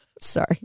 Sorry